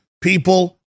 people